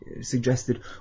suggested